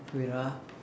wait ah